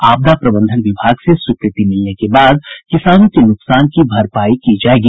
आपदा प्रबंधन विभाग से स्वीकृति मिलने के बाद किसानों के नुकसान की भरपाई की जायेगी